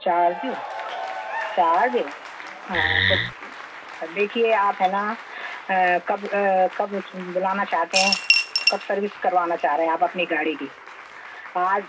charge charge हाँ तो देखिए आप है ना कब कब बुलाना चाहते हैं कब सर्विस करवाना चाह रहें आप अपनी गाड़ी की आज